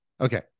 Okay